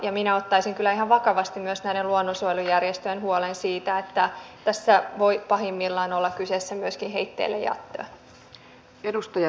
ja minä ottaisin kyllä ihan vakavasti myös näiden luonnonsuojelujärjestöjen huolen siitä että tässä voi pahimmillaan olla kyseessä myöskin heitteillejättö